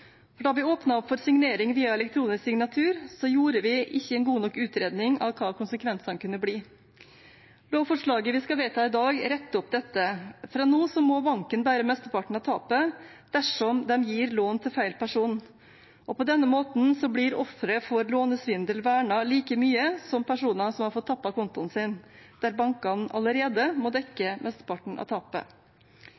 for signering via elektronisk signatur, gjorde vi ikke en god nok utredning av hva konsekvensene kunne bli. Lovforslaget vi skal vedta i dag, retter opp dette. Fra nå må bankene bære mesteparten av tapet dersom de gir lån til feil person. På denne måten blir ofre for lånesvindel vernet like mye som personer som har fått tappet kontoen sin, der bankene allerede må dekke